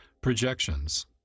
projections